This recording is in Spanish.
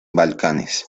balcanes